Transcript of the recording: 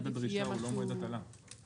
עדיף שיהיה מועד יותר קונקרטי.